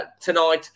tonight